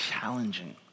challenging